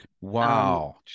Wow